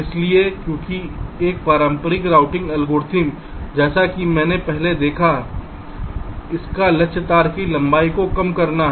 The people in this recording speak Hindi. इसलिए क्योंकि एक पारंपरिक रूटिंग एल्गोरिथ्म जैसा कि हमने पहले देखा है इसका लक्ष्य तार की लंबाई को कम करना है